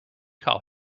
call